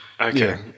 okay